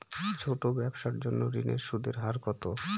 ছোট ব্যবসার জন্য ঋণের সুদের হার কত?